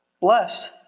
blessed